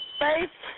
face